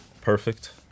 Perfect